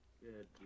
Good